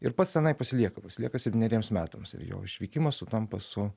ir pats tenai pasilieka pasilieka septyneriems metams ir jo išvykimas sutampa su